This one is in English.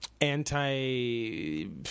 anti –